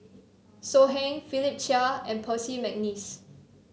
So Heng Philip Chia and Percy McNeice